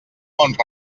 mont